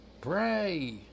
Pray